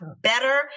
better